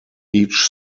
each